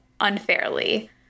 unfairly